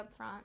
upfront